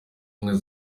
ubumwe